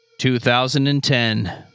2010